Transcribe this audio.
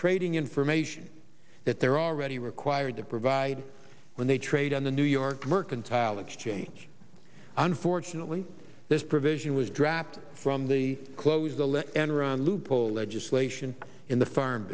trading information that they're already required to provide when they trade on the new york mercantile exchange unfortunately this provision was dropped from the close of the letter enron loophole legislation in the farm